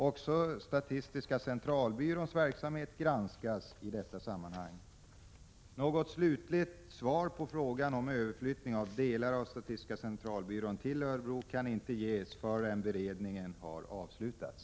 Också statistiska centralbyråns verksamhet granskas i detta sammanhang. Något slutligt svar på frågan om överflyttning av delar av statistiska centralbyrån till Örebro kan inte ges förrän beredningen har avslutats.